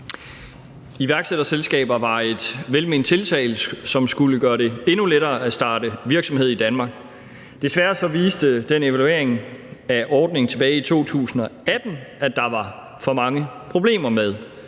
Iværksætterselskaber var et velment tiltag, som skulle gøre det endnu lettere at starte virksomhed i Danmark. Desværre viste evalueringen af ordningen tilbage i 2018, at der var for mange problemer med